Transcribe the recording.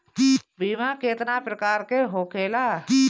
बीमा केतना प्रकार के होखे ला?